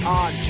on